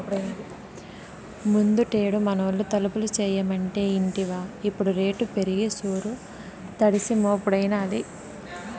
ముందుటేడు మనూళ్లో తలుపులు చేయమంటే ఇంటివా ఇప్పుడు రేటు పెరిగి సూరు తడిసి మోపెడైనాది